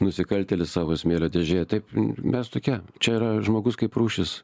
nusikaltėlis savo smėlio dėžėje taip mes tokie čia yra žmogus kaip rūšis